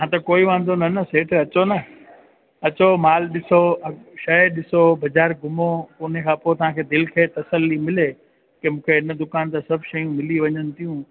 हा त कोई वांधो न न सेठ अचो न अचो माल ॾिसो शइ ॾिसो बाज़ारि घुमो पो हुन खां पोइ तव्हांखे दिलि थिव त तसली मिले की मूंखे हिन दुकान ते सभु शयूं मिली वञनि थियूं